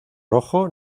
rojo